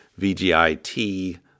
VGIT